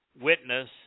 witness